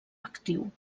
actiu